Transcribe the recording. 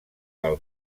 del